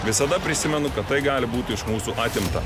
visada prisimenu kad tai gali būti iš mūsų atimta